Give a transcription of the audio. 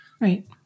Right